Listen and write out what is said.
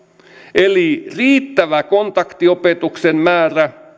eli riittävä kontaktiopetuksen määrä